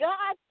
God